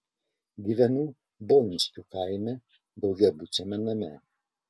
gyvenu boniškių kaime daugiabučiame name